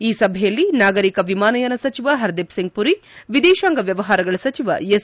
ಈ ಸಭೆಯಲ್ಲಿ ನಾಗರಿಕ ವಿಮಾನಯಾನ ಸಚಿವ ಹರ್ದೀಪ್ ಸಿಂಗ್ ಪುರಿ ವಿದೇಶಾಂಗ ವ್ಯವಹಾರಗಳ ಸಚಿವ ಎಸ್